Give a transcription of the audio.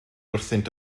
wrthynt